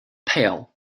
pale